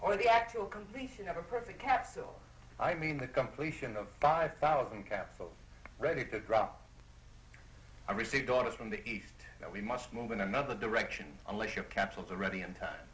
or the actual completion of a perfect capsule i mean the completion of five thousand capsule ready to drop i received orders from the east that we must move in another direction unless you're capsules are ready in time